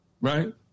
Right